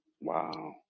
Wow